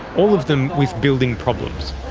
all of them with building problems.